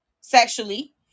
sexually